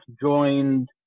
joined